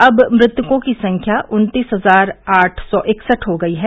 अब मृतकों की संख्या उन्तीस हजार आठ सौ इकसठ हो गयी है